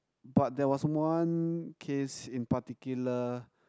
but there was one case in particular